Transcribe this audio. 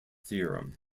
theorem